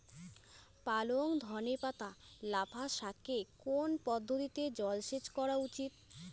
পালং ধনে পাতা লাফা শাকে কোন পদ্ধতিতে জল সেচ করা উচিৎ?